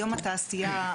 היום התעשייה,